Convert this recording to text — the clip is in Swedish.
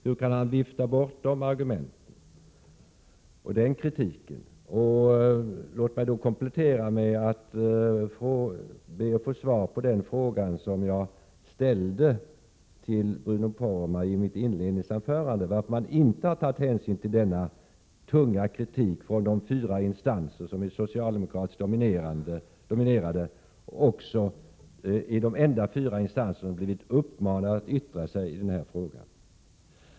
Hur kan Bruno Poromaa vifta bort de argumenten och den kritiken? Låt mig också komplettera med att be att få svar på den fråga som jag ställde till Bruno Poromaa i mitt inledningsanförande om varför man inte har tagit hänsyn till den tunga kritiken från dessa fyra instanser, som är socialdemokratiskt dominerade och även är de enda instanser som har blivit uppmanade att yttra sig i den här frågan.